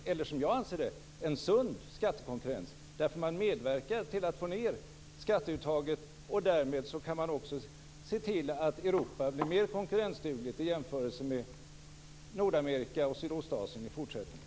Eller är det, som jag anser det, en sund skattekonkurrens därför att det medverkar till att få ned skatteuttaget och därmed till att Europa blir mer konkurrensdugligt i jämförelse med Nordamerika och Sydostasien i fortsättningen?